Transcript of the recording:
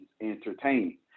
entertaining